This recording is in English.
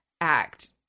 act